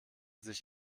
sich